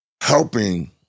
helping